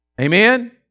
amen